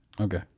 Okay